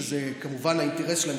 שזה כמובן האינטרס שלהם,